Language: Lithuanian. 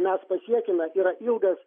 mes pasiekiame yra ilgas